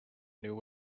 new